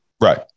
Right